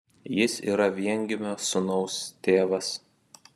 jis yra viengimio sūnaus tėvas